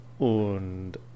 und